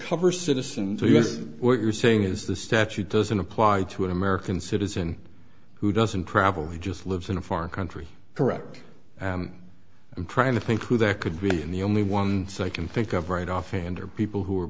cover citizen tell us what you're saying is the statute doesn't apply to an american citizen who doesn't travel he just lives in a foreign country correct and i'm trying to think who there could be in the only one so i can think of right off hand or people who